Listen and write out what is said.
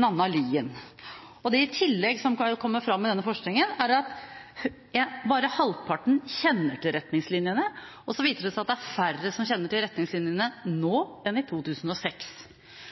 Nanna Lien. Det som i tillegg kommer fram i denne forskningen, er at bare halvparten kjenner til retningslinjene, og så viser det seg at det er færre som kjenner til retningslinjene nå enn i 2006.